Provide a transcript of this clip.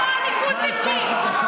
נא לתפוס בבקשה את מקומותיכם.